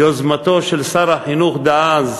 ביוזמתו של שר החינוך דאז